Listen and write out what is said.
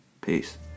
Peace